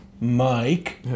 Mike